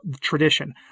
tradition